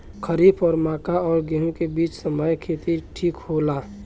खरीफ और मक्का और गेंहू के बीच के समय खेती ठीक होला?